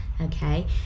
okay